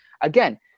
again